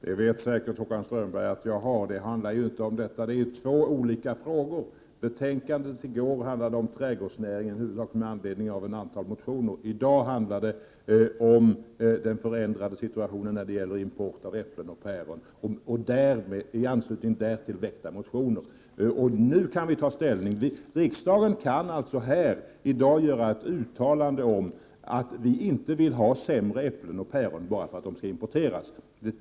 Herr talman! Håkan Strömberg vet mycket väl att det inte handlar om detta. Det gäller två olika frågor. Betänkandet i går handlade om trädgårdsnäringen, huvudsakligen med anledning av ett antal motioner. I dag handlar det om den förändrade situationen när det gäller importen av äpplen och päron och i anslutning därtill väckta motioner. Nu kan vi ta ställning. Riksdagen kan i dag göra ett uttalande om att vi inte vill ha sämre äpplen och päron bara därför att de är importerade.